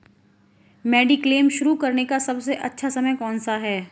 Mediclaim शुरू करने का सबसे अच्छा समय कौनसा है?